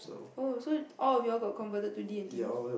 oh so all of you all got converted to D-and-T